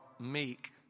meek